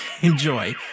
Enjoy